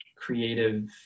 creative